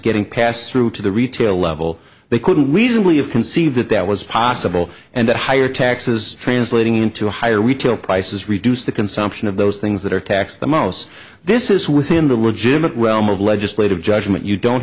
getting passed through to the retail level they couldn't reasonably of conceive that that was possible and that higher taxes translating into a higher retail prices reduce the consumption of those things that are tax the most this is within the legitimate well move legislative judgment you don't